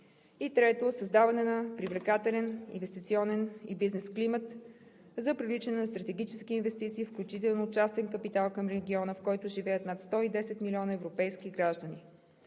трето, създаване на привлекателен инвестиционен и бизнес климат за привличане на стратегически инвестиции, включително частен капитал към региона, в който живеят над 110 милиона европейски граждани.